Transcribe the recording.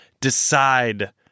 decide